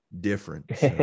different